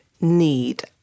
need